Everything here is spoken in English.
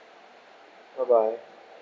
bye bye